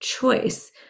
choice